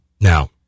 Now